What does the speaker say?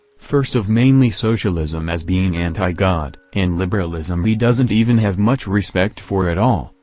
first of mainly socialism as being anti-god. and liberalism he doesn't even have much respect for at all,